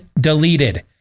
deleted